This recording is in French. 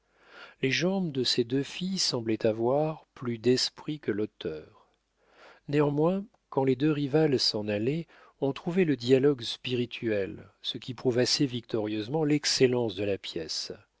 les jambes de ces deux filles semblaient avoir plus d'esprit que l'auteur néanmoins quand les deux rivales s'en allaient on trouvait le dialogue spirituel ce qui prouve assez victorieusement l'excellence de la pièce